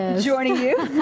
joining you.